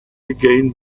again